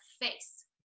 face